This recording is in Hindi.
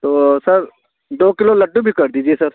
तो सर दो किलो लड्डू भी कर दीजिए सर